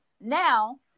now